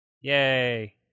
Yay